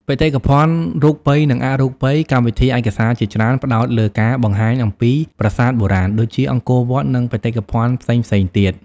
បេតិកភណ្ឌរូបី និងអរូបី កម្មវិធីឯកសារជាច្រើនផ្តោតលើការបង្ហាញអំពី ប្រាសាទបុរាណ ដូចជា អង្គរវត្ត និងបេតិកភណ្ឌផ្សេងៗទៀត។